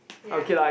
ya